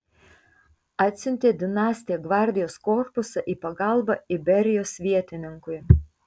atsiuntė dinastija gvardijos korpusą į pagalbą iberijos vietininkui